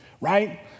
right